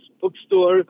bookstore